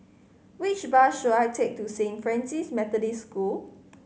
which bus should I take to Saint Francis Methodist School